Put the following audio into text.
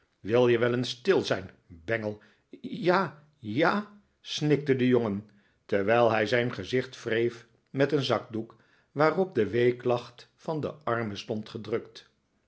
wil je wel eens stil zijn bengel j a j a j a snikte de jongen terwijl hij zijn gezicht wreef met een zakdoek waarop de weeklacht van den arme stond gedrukt